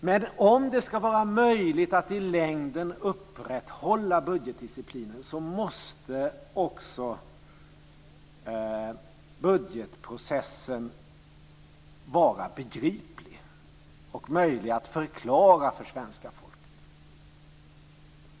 Men om det ska vara möjligt att i längden upprätthålla budgetdisciplinen måste också budgetprocessen vara begriplig och möjlig att förklara för svenska folket.